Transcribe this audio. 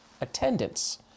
attendance